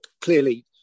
clearly